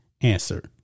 answer